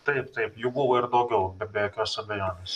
taip taip jų buvo ir daugiau be be jokios abejonės